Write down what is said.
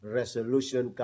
resolution